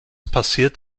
passiert